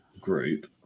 group